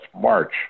March